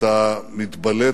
אתה מתבלט